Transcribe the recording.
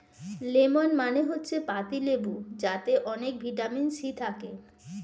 lemon মানে হচ্ছে পাতিলেবু যাতে অনেক ভিটামিন সি থাকে